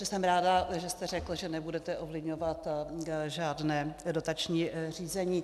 Jsem ráda, že jste řekl, že nebudete ovlivňovat žádné dotační řízení.